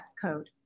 code